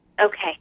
Okay